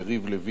אורית זוארץ,